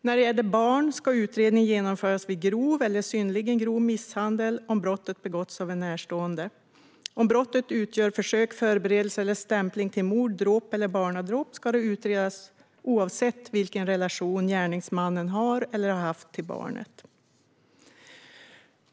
När det gäller barn ska en utredning genomföras vid grov eller synnerligen grov misshandel om brottet har begåtts av en närstående. Om brottet utgör försök, förberedelse eller stämpling till mord, dråp eller barnadråp ska det utredas oavsett vilken relation gärningsmannen har eller har haft till barnet.